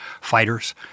fighters